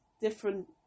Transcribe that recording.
different